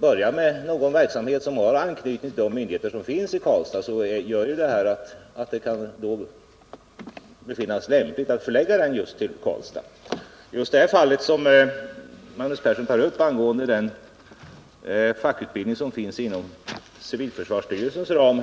börja någon verksamhet som har anknytning till de myndigheter som finns i Karlstad kan det ju befinnas lämpligt att förlägga den till Karlstad. I det sammanhanget vill jag anknyta till det som Magnus Persson tog upp i fråga om den fackutbildning som pågår inom civilförsvarsstyrelsens ram.